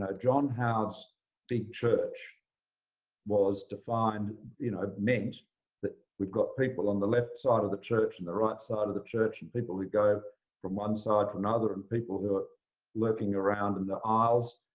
ah john howard's big church was defined you know meant that we've got people on the left side of the church on and the right side of the church, and people would go from one side to another, and people who were lurking around in the aisles.